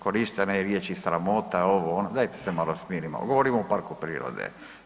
Korištena je riječ i sramota ovo, ono, dajte se malo smirimo, govorimo o parku prirode.